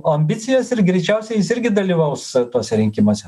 ambicijas ir greičiausiai jis irgi dalyvaus tuose rinkimuose